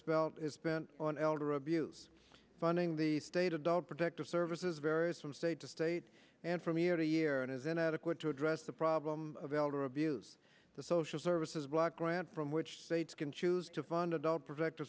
is spent on elder abuse funding the state adult protective services varies from state to state and from year to year and is inadequate to dress the problem of elder abuse the social services block grant from which states can choose to fund adult protect